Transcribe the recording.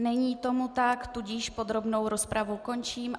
Není tomu tak, tudíž podrobnou rozpravu končím.